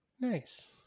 Nice